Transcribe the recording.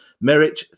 merit